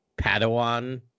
Padawan